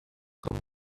com